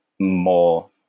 more